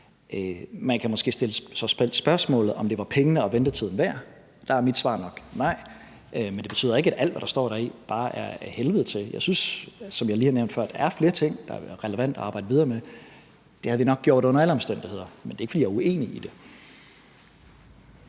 Man kan måske så stille spørgsmålet, om det var pengene og ventetiden værd. Der er mit svar nok nej. Men det betyder ikke, at alt, hvad der står deri, bare er ad helvede til. Jeg synes, som jeg lige har nævnt før, at der er flere ting, der er relevante at arbejde videre med. Det havde vi nok gjort under alle omstændigheder. Men det er ikke, fordi jeg er uenig i det.